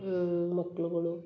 ಮಕ್ಳುಗಳು